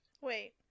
wait